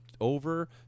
over